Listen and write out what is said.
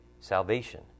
salvation